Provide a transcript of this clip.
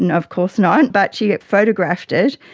and of course not but she photographed it.